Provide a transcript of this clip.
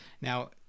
Now